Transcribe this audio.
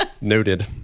noted